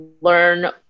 learn